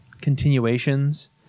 continuations